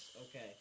Okay